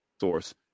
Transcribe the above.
source